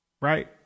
right